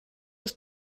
ist